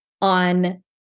on